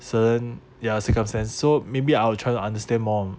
certain ya circumstance so maybe I will try to understand more